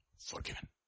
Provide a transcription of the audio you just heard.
forgiven